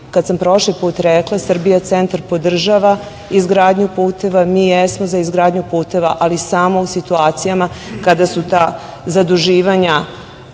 kada sam prošli put rekla SRBIJA CENTAR podržava izgradnju puteva, mi jesmo za izgradnju puteva, ali samo u situacijama kada su ta zaduživanja